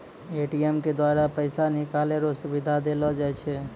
ATM के द्वारा पैसा निकालै रो सुविधा देलो जाय छै